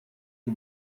que